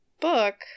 book